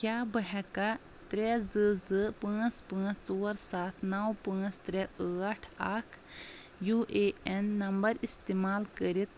کیاہ بہٕ ہیٚکا ترٛےٚ زٕ زٕ پانٛژھ پانژھ ژور سَتھ نَو پانٛژھ ترٛےٚ ٲٹھ اکھ یو اے این نمبر استعمال کٔرتھ